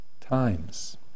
times